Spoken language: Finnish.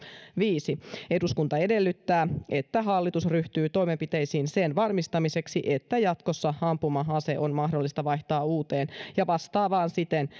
viisi eduskunta edellyttää että hallitus ryhtyy toimenpiteisiin sen varmistamiseksi että jatkossa ampuma ase on mahdollista vaihtaa uuteen ja vastaavaan siten